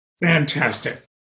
Fantastic